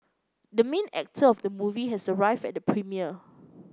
the main actor of the movie has arrived at the premiere